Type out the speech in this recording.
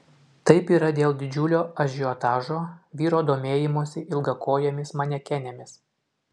taip yra dėl didžiulio ažiotažo vyrų domėjimosi ilgakojėmis manekenėmis